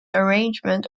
arrangement